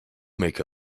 make